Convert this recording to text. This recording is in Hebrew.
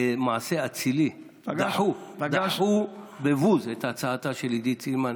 במעשה אצילי, דחו בבוז את הצעתה של עידית סילמן,